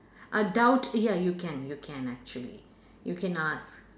adult ya you can you can actually you can ask